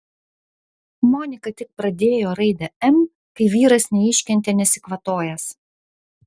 monika tik pradėjo raidę m kai vyras neiškentė nesikvatojęs